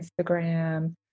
Instagram